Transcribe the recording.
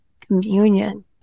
communion